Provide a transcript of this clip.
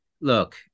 Look